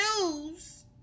news